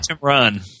run